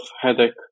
headache